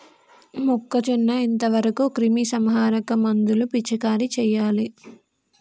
మొక్కజొన్న ఎంత వరకు క్రిమిసంహారక మందులు పిచికారీ చేయాలి?